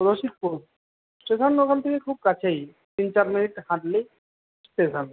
Rasikpur station ওখান থেকে খুব কাছেই তিন চার মিনিট হাঁটলেই স্টেশন